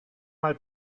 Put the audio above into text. mal